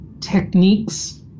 techniques